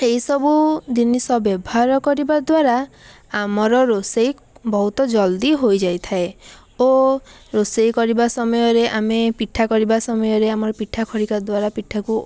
ଏହି ସବୁ ଜିନିଷ ବ୍ୟବହାର କରିବା ଦ୍ୱାରା ଆମର ରୋଷେଇ ବହୁତ ଜଲ୍ଦି ହୋଇଯାଇଥାଏ ଓ ରୋଷେଇ କରିବା ସମୟରେ ଆମେ ପିଠା କରିବା ସମୟରେ ଆମର ପିଠା ଖରିକା ଦ୍ୱାରା ପିଠାକୁ